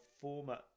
former